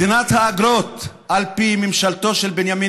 מדינת האגרות על פי ממשלתו של בנימין